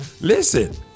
Listen